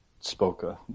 spoke